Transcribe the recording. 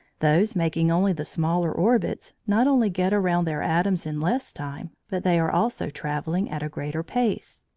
those making only the smaller orbits not only get around their atoms in less time, but they are also travelling at a greater pace.